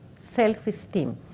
self-esteem